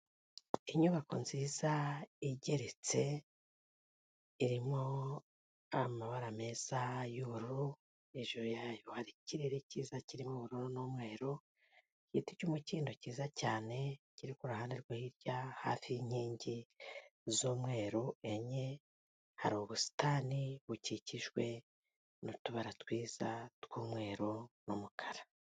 Inyubako nziza igeretse, irimo amabara meza y'ubururu, hejuru yayo hari ikirere cyiza kirimo ubururu n'umweru, igiti cy'umukindo cyiza cyane kiri ku ruhande rwo hirya, hafi y'inkingi z'umweru enye, hari ubusitani bukikijwe n'utubara twiza tw'umweru n'umukara.